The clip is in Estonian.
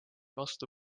vastu